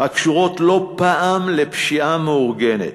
הקשורות לא פעם לפשיעה מאורגנת.